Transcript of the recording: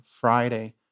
Friday